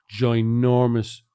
ginormous